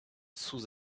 sous